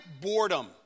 boredom